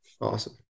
Awesome